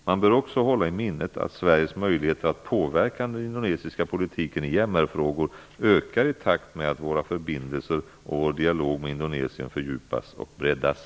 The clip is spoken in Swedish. Man bör också hålla i minnet att Sveriges möjligheter att påverka den indonesiska politiken i MR-frågor ökar i takt med att våra förbindelser och vår dialog med Indonesien fördjupas och breddas.